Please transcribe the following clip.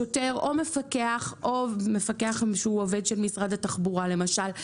שוטר או מפקח או מפקח שהוא עובד משרד התחבורה למשל,